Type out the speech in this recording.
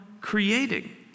creating